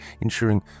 ensuring